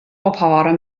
ophâlde